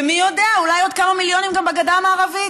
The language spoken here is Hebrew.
ומי יודע, אולי עוד כמה מיליונים גם בגדה המערבית.